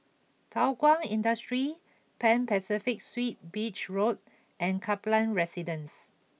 Thow Kwang Industry Pan Pacific Suites Beach Road and Kaplan Residence